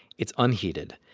it's unheated.